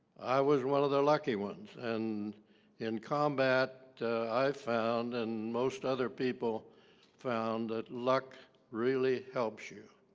i was one of the lucky ones and in combat i found and most other people found that luck really helps you